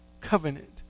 covenant